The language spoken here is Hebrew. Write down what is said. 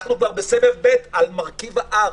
אנחנו בסבב ב' על מרכיב האב.